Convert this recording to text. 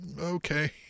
okay